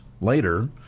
later